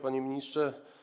Panie Ministrze!